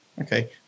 Okay